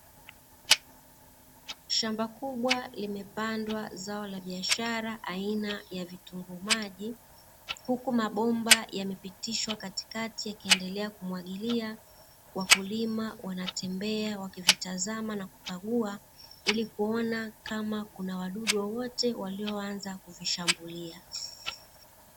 Shamba kubwa limepandwa zao la biashara aina ya vitunguu maji, huku mabomba yamepitishwa katikati yakiendelea kumwagilia. Wakulima wanatembea wakivitazama na kukagua, ili kuona kama kuna wadudu wowote walioanza kuvishambulia.